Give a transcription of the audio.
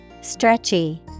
Stretchy